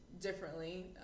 differently